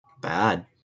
bad